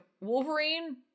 Wolverine